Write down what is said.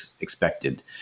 expected